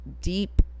Deep